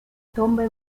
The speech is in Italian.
tombe